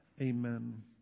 Amen